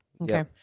Okay